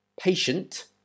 patient